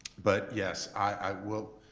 but yes, i will,